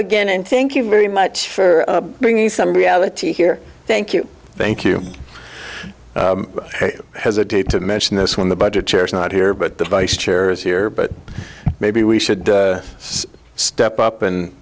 again and thank you very much for bringing us some reality here thank you thank you hesitate to mention this when the budget chair is not here but the vice chair is here but maybe we should step up and